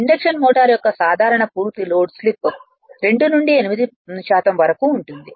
induction motor యొక్క సాధారణ పూర్తి లోడ్ స్లిప్ 2 నుండి 8 వరకు ఉంటుంది